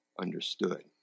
understood